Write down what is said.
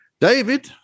David